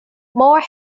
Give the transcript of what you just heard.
more